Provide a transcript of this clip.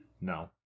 No